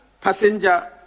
passenger